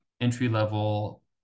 entry-level